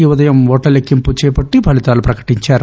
ఈ ఉదయం ఓట్ల లెక్కింపు చేపట్టి ఫలితాలు ప్రకటించారు